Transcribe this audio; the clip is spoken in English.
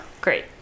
Great